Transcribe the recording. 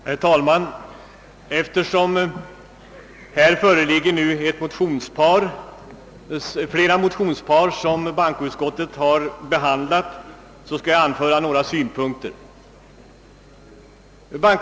Herr talman! Bankoutskottet har i föreliggande utlåtande behandlat flera motionspar ang. lokaliseringspolitiken och jag ber att få få framföra några synpunkter.